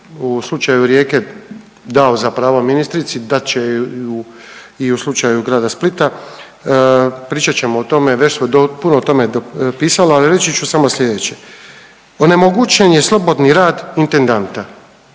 u slučaju Rijeke dao za pravo ministrici da će i u slučaju Grada Splita. Pričat ćemo o tome, već smo puno o tome pisali, ali reći ću samo slijedeće. Onemogućen je slobodni rad intendanta